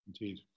Indeed